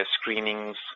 screenings